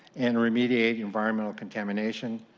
and remediating environmental contamination.